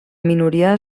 minoria